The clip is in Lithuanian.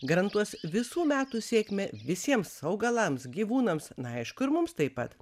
garantuos visų metų sėkmę visiems augalams gyvūnams na aišku ir mums taip pat